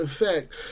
effect